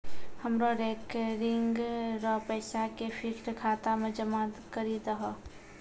हमरो रेकरिंग रो पैसा के फिक्स्ड खाता मे जमा करी दहो